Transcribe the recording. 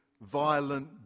violent